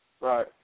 Right